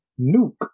Nuke